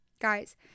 Guys